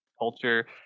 culture